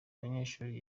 abanyeshuri